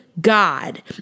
God